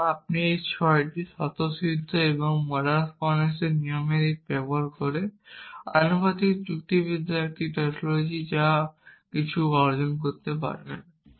এবং আপনি এই ছয়টি স্বতঃসিদ্ধ এবং মোডাস পোনেন্স নিয়মের এই পদ্ধতিটি ব্যবহার করে আনুপাতিক যুক্তিবিদ্যায় একটি টাউটোলজি যা কিছু অর্জন করতে পারেন